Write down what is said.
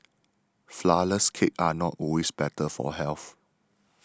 Flourless Cakes are not always better for health